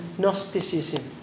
gnosticism